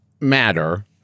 matter